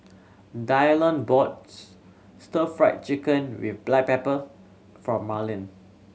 Dylon bought Stir Fried Chicken with black pepper for Marlin